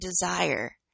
desire